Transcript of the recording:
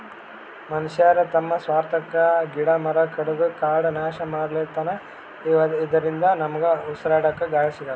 ಮನಶ್ಯಾರ್ ತಮ್ಮ್ ಸ್ವಾರ್ಥಕ್ಕಾ ಗಿಡ ಮರ ಕಡದು ಕಾಡ್ ನಾಶ್ ಮಾಡ್ಲತನ್ ಇದರಿಂದ ನಮ್ಗ್ ಉಸ್ರಾಡಕ್ಕ್ ಗಾಳಿ ಸಿಗಲ್ಲ್